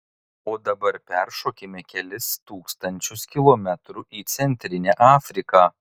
o dabar peršokime kelis tūkstančius kilometrų į centrinę afriką